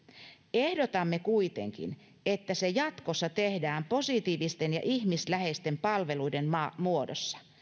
ehdotamme kuitenkin että se jatkossa tehdään positiivisten ja ihmisläheisten palveluiden muodossa